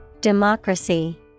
Democracy